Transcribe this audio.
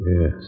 Yes